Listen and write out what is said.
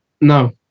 no